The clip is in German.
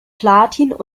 platin